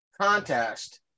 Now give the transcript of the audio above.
contest